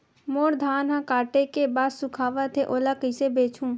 मोर धान ह काटे के बाद सुखावत हे ओला कइसे बेचहु?